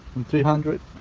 and three hundred.